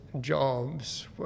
jobs